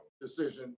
decision